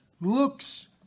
looks